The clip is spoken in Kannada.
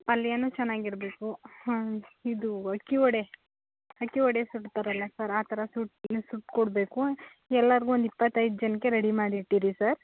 ಪಲ್ಯವೂ ಚೆನ್ನಾಗಿರ್ಬೇಕು ಹಾಂ ಇದು ಅಕ್ಕಿ ವಡೆ ಅಕ್ಕಿ ವಡೆ ಸುಡ್ತಾರಲ್ಲ ಸರ್ ಆ ಥರ ಸುಟ್ಟು ಸುಟ್ಟು ಕೊಡಬೇಕು ಎಲ್ಲರ್ಗೂ ಒಂದು ಇಪ್ಪತ್ತೈದು ಜನಕ್ಕೆ ರೆಡಿ ಮಾಡಿಟ್ಟಿರಿ ಸರ್